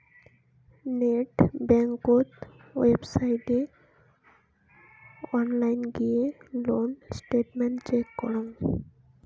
net বেংকত ওয়েবসাইটে online গিয়ে লোন স্টেটমেন্ট চেক করং